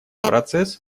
процесс